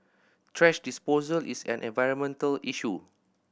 thrash disposal is an environmental issue